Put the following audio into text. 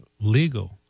legal